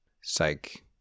psych